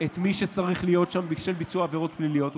את מי שצריך להיות שם בשל ביצוע עברות פליליות,